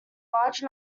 large